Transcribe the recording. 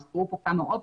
הוזכרו פה כמה אופציות.